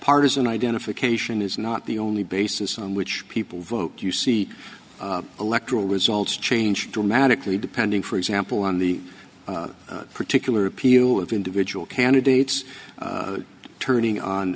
partisan identification is not the only basis on which people vote you see electoral results change dramatically depending for example on the particular appeal of individual candidates turning on